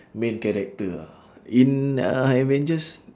main character ah in uh avengers